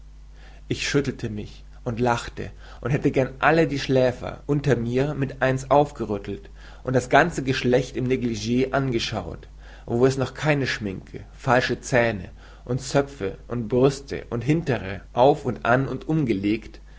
ich schüttelte mich und lachte und hätte gern alle die schläfer unter mir mit eins aufgerüttelt und das ganze geschlecht im neglige angeschaut wo es noch keine schminke falsche zähne und zöpfe und brüste und hintere auf und an und umgelegt